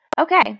Okay